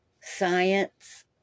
Science